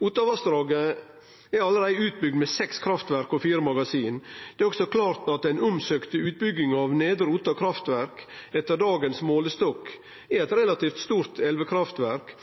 Ottavassdraget er allereie utbygd med seks kraftverk og fire magasin. Det er også klart at den omsøkte utbygginga av Nedre Otta kraftverk etter dagens målestokk er eit relativt stort elvekraftverk,